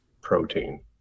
protein